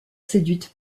séduite